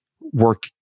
work